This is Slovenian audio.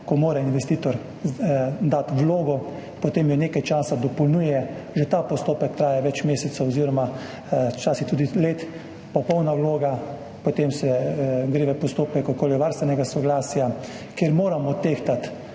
ko mora investitor dati vlogo, potem jo nekaj časa dopolnjuje, že ta postopek traja več mesecev oziroma včasih tudi let, popolna vloga, potem se gre v postopek okoljevarstvenega soglasja, kjer moramo tehtati